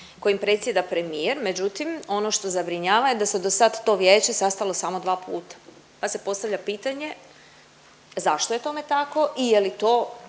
kojim predsjeda premijer, međutim ono što zabrinjava da se do sad to vijeće sastalo samo dva puta, pa se postavlja pitanje zašto je tome tako i je li to